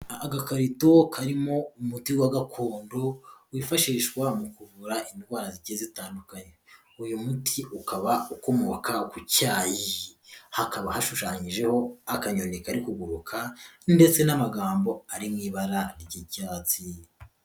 Agakarito karimo umuti wa gakondo, wifashishwa mu kuvura indwara zigiye zitandukanye, uyu muti ukaba ukomoka ku cyayi, hakaba hashushanyijeho akanyoni kari kuguruka ndetse n'amagambo ari mu ibara ry'ibyatsi.